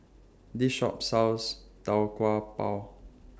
This Shop sells Tau Kwa Pau